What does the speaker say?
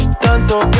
Tanto